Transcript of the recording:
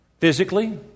physically